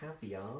Caviar